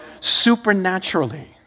supernaturally